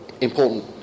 important